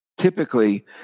typically